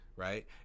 Right